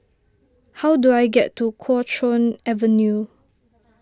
how do I get to Kuo Chuan Avenue